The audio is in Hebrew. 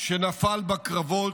שנפל בקרבות,